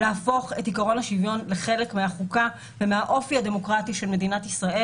להפוך את עיקרון השוויון לחלק מהחוקה ומהאופי הדמוקרטי של מדינת ישראל.